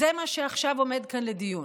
זה מה שעכשיו עומד כאן לדיון.